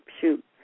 shoot